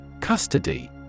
Custody